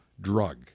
drug